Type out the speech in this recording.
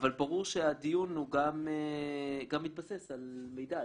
אבל ברור שהדיון גם מתבסס על מידע.